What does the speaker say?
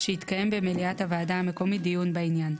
שיתקיים במליאת הוועדה המקומית דיון בעניין,